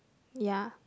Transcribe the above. ya